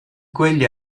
quegli